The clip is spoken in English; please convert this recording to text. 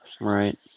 Right